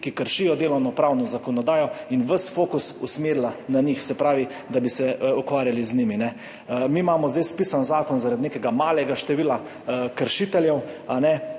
ki kršijo delovnopravno zakonodajo in ves fokus usmerila na njih, se pravi da bi se ukvarjali z njimi. Mi imamo zdaj spisan zakon zaradi nekega malega števila kršiteljev.